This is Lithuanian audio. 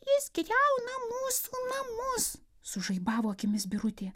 jis griauna mūsų namus sužaibavo akimis birutė